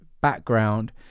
background